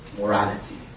morality